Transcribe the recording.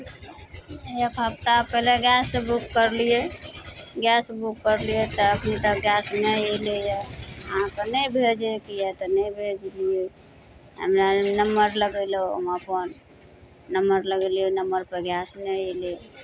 एक हफ्ता पहिले गैस बुक करलियै गैस बुक करलियै तऽ एखन तक गैस नहि अयलैए अहाँकेँ नहि भेजयके यए तऽ नहि भेजलियै हमरा नम्बर लगयलहुँ हम अपन नम्बर लगेलियै नम्बरपर गैस नहि अयलै